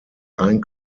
ein